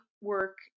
work